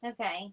Okay